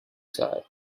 sigh